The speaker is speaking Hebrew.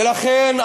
ולכן,